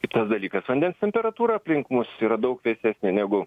kitas dalykas vandens temperatūra aplink mus yra daug vėsesnė negu